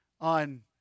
on